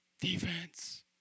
defense